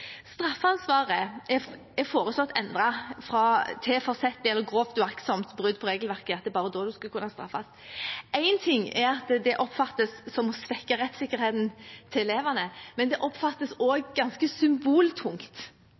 grovt uaktsomme brudd på regelverket – det er bare da en skal kunne straffes. Én ting er at det oppfattes som å svekke rettssikkerheten til elevene, men det oppfattes også ganske symboltungt.